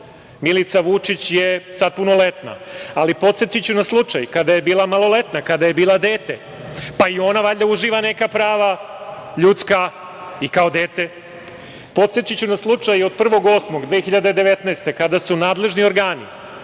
Milica Vučić je sad punoletna, ali podsetiću na slučaj kada je bila maloletna, kada je bila dete, pa i ona valjda uživa neka prava ljudska i kao dete. Podsetiću na slučaj od 1. avgusta 2019. godine, kada su nadležni organi,